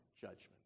judgment